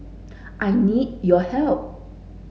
I need your help